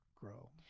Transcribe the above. grow